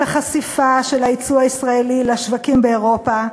החשיפה של היצוא הישראלי לשווקים באירופה,